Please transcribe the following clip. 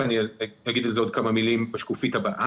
ואני אומר על זה עוד כמה מלים בשקף הבא,